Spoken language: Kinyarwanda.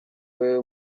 mwambaro